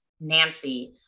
nancy